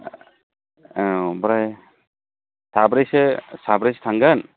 औ ओमफ्राय साब्रैसो थांगोन